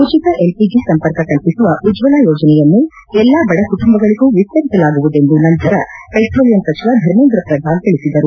ಉಚಿತ ಎಲ್ಪಿಜಿ ಸಂಪರ್ಕ ಕಲ್ಪಿಸುವ ಉಜ್ಞಲಾ ಯೋಜನೆಯನ್ನು ಎಲ್ಲಾ ಬಡ ಕುಟುಂಬಗಳಗೂ ವಿಸ್ಗರಿಸಲಾಗುವುದೆಂದು ನಂತರ ಪೆಟ್ರೋಲಿಯಂ ಸಚಿವ ಧರ್ಮೇಂದ್ರ ಪ್ರಧಾನ್ ತಿಳಿಸಿದರು